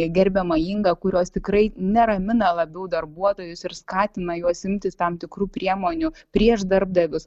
gerbiama inga kurios tikrai neramina labiau darbuotojus ir skatina juos imtis tam tikrų priemonių prieš darbdavius